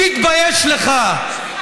תתבייש לך.